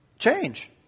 change